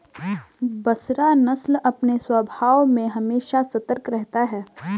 बसरा नस्ल अपने स्वभाव से हमेशा सतर्क रहता है